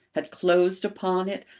had closed upon it,